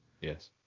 yes